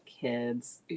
kids